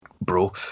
bro